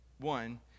One